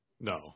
no